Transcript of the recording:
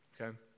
Okay